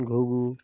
ঘুঘু